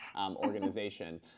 organization